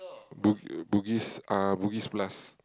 bu~ Bugis ah Bugis-Plus